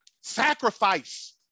sacrifice